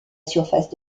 surface